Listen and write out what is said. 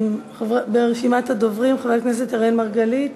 ברשימת הדוברים: חבר הכנסת אראל מרגלית,